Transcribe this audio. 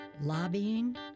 Lobbying